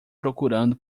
procurando